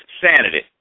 sanity